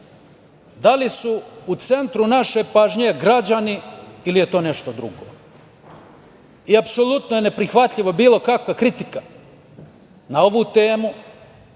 Da li su u centru naše pažnje građani ili je to nešto drugo? Apsolutno je neprihvatljiva bilo kakva kritika na ovu temu,